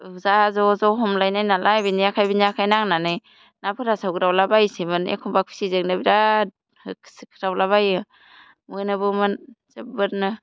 जा ज' ज' हमलायनाय नालाय बिनि आखाइ बिनि आखाइ नांनानै ना फोरा सौग्रावला बायसैमोन एखम्बा खुसिजोंनो बिराथ होसिख्रावला बायो मोनोबोमोन जोबोरनो